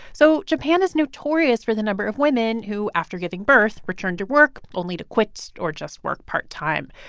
so japan is notorious for the number of women who, after giving birth, return to work only to quit or just work part time.